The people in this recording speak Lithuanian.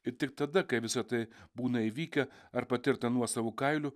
ir tik tada kai visa tai būna įvykę ar patirta nuosavu kailiu